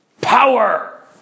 power